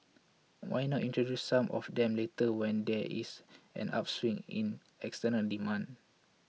why not introduce some of them later when there is an upswing in external demand